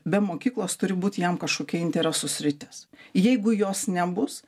be mokyklos turi būt jam kažkokia interesų sritis jeigu jos nebus